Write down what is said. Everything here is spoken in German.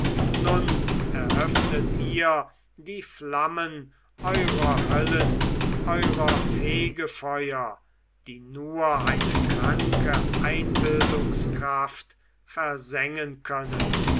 nun eröffnet ihr die flammen eurer höllen eurer fegefeuer die nur eine kranke einbildungskraft versengen können